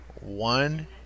One